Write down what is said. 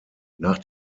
nach